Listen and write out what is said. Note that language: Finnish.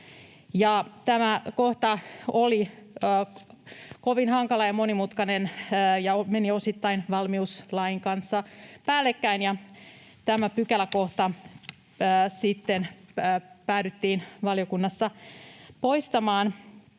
Tämä kohta oli kovin hankala ja monimutkainen ja meni osittain valmiuslain kanssa päällekkäin. Tämä pykäläkohta sitten päädyttiin valiokunnassa poistamaan,